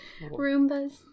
Roombas